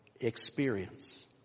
experience